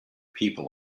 people